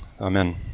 Amen